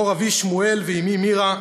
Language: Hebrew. מור אבי שמואל ואמי מירה,